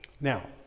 Now